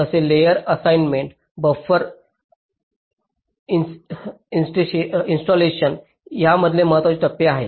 तर layer assignment buffer insertion या येथे महत्त्वाच्या टप्पे आहेत